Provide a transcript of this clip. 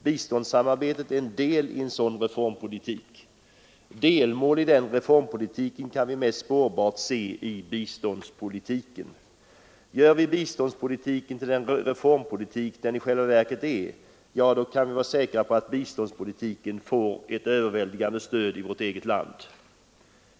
Biståndssamarbetet är en del i en sådan reformpolitik. Delmål i den reformpolitiken kan vi mest spårbart se i biståndspolitiken. Gör vi biståndspolitiken till den reformpolitik den i själva verket är, kan vi vara säkra på att biståndspolitiken får ett överväldigande stöd i vårt eget land.